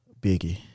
Biggie